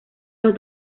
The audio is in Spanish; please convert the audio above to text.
los